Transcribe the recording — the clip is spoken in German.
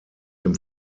dem